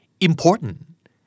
Important